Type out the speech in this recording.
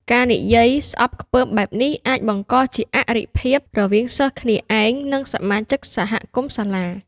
ការនិយាយស្អប់ខ្ពើមបែបនេះអាច បង្កជាអរិភាព រវាងសិស្សគ្នាឯង និងសមាជិកសហគមន៍សាលា។